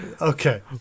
okay